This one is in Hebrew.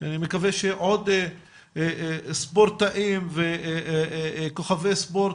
אני מקווה שעוד ספורטאים וכוכבי ספורט